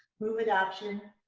move adoption,